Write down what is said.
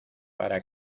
para